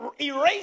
erase